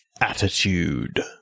Attitude